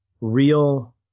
real